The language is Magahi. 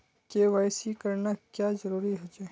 के.वाई.सी करना क्याँ जरुरी होचे?